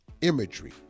imagery